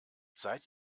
seid